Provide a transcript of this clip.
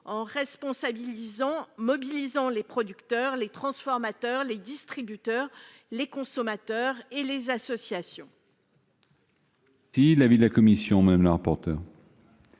en mobilisant les producteurs, les transformateurs, les distributeurs, les consommateurs et les associations.